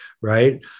right